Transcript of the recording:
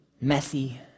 messy